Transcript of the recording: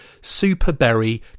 Superberry